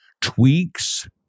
tweaks